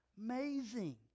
Amazing